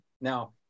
Now